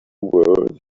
where